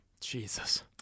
Jesus